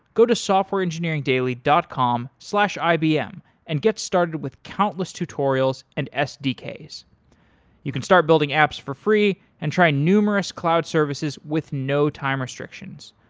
go to softwareengineeringdaily dot com slash ibm and get started with countless tutorials and sdks. you can start building apps for free and try numerous cloud services with no time restrictions.